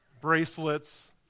bracelets